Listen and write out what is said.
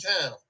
town